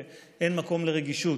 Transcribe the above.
שאין מקום לרגישות.